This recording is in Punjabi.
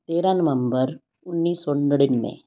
ਤੇਰਾਂ ਨਵੰਬਰ ਉੱਨੀ ਸੌ ਨੜਿਨਵੇਂ